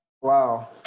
Wow